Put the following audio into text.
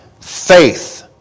faith